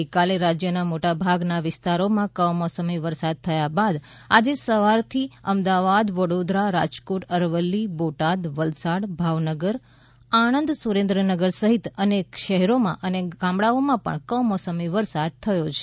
ગઇકાલે રાજ્યના મોટાભાગના વિસ્તારોમાં કમોસમી વરસાદ થયા બાદ આજે સવારથી અમદાવાદ વડોદરા રાજકોટ અરવલ્લી બોટાદ વલસાડ ભાવનગર આણંદ સુરેન્દ્રનગર સહિત અનેક શહેરોમાં અને ગામડાઓમાં પણ કમોસમી વરસાદ થયો છે